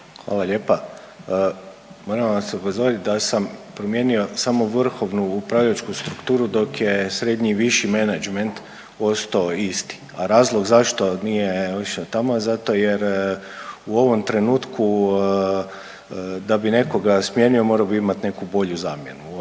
Hvala lijepa. Moram vas upozorit da sam promijenio samo vrhovnu upravljačku strukturu dok je srednji i viši menadžment ostao isti, a razlog zašto nije išao tamo zato jer u ovom trenutku da bi nekoga smijenio morao bi imati neku bolju zamjenu.